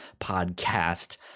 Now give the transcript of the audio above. podcast